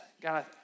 God